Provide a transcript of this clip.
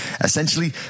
essentially